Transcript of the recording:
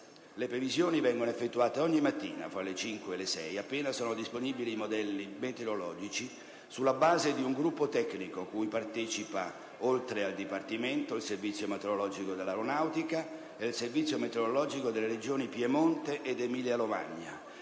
Le previsioni vengono effettuate ogni mattina, tra le ore 5 e le ore 6, appena sono disponibili i modelli meteorologici, sulla base di un gruppo tecnico, cui partecipa, oltre al Dipartimento, il Servizio meteorologico dell'Aeronautica e il servizio meteorologico delle Regioni Piemonte ed Emilia-Romagna